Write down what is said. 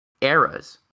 eras